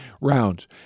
rounds